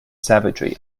savagery